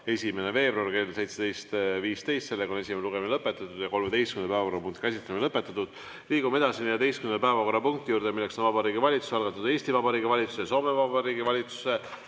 1. veebruari kell 17.15. Esimene lugemine on lõpetatud ja 13. päevakorrapunkti käsitlemine lõpetatud. Liigume edasi 14. päevakorrapunkti juurde, mis on Vabariigi Valitsuse algatatud Eesti Vabariigi valitsuse ja Soome Vabariigi valitsuse